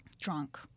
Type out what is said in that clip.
drunk